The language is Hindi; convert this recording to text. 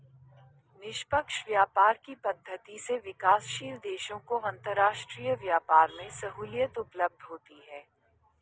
निष्पक्ष व्यापार की पद्धति से विकासशील देशों को अंतरराष्ट्रीय व्यापार में सहूलियत उपलब्ध होती है